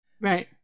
Right